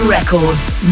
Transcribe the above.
Records